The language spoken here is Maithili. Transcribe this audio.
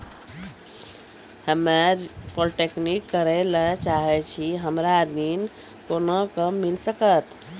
हम्मे पॉलीटेक्निक करे ला चाहे छी हमरा ऋण कोना के मिल सकत?